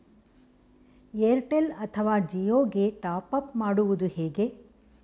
Airtel ಅಥವಾ ಜಿಯೊ ಗೆ top up ಮಾಡುವುದು ಹೇಗೆ?